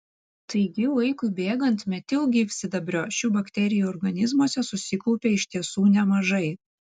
taigi laikui bėgant metilgyvsidabrio šių bakterijų organizmuose susikaupia iš tiesų nemažai